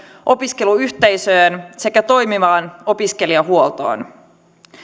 opiskeluyhteisöön sekä toimivaan opiskelijahuoltoon